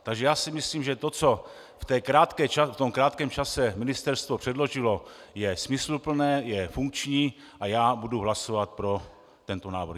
Takže si myslím, že to, co v tom krátkém čase ministerstvo předložilo, je smysluplné, je funkční, a já budu hlasovat pro tento návrh.